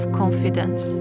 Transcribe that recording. confidence